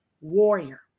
warrior